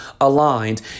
aligned